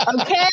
Okay